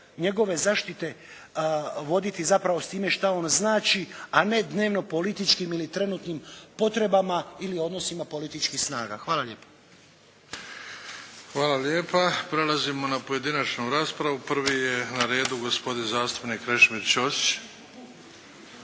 njegove zaštite voditi zapravo s time šta on znači, a ne dnevno političkim ili trenutnim potrebama ili odnosima političkih snaga. Hvala lijepo. **Bebić, Luka (HDZ)** Hvala lijepa. Prelazimo na pojedinačnu raspravu. Prvi je na redu gospodin zastupnik Krešimir Ćosić.